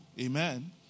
Amen